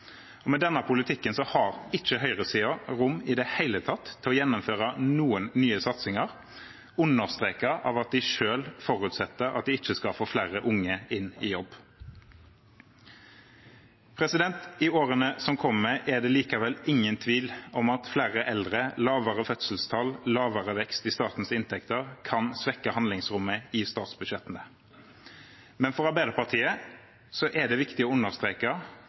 Med denne politikken har ikke høyresiden rom i det hele tatt til å gjennomføre noen nye satsinger – understreket av at de selv forutsetter at de ikke skal få flere unge inn i jobb. I årene som kommer, er det likevel ingen tvil om at flere eldre, lavere fødselstall og lavere vekst i statens inntekter kan svekke handlingsrommet i statsbudsjettene. Men for Arbeiderpartiet er det viktig å understreke